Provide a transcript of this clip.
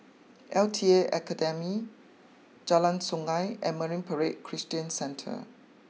L T A Academy Jalan Sungei and Marine Parade Christian Centre